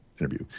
interview